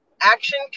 action